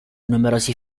numerosi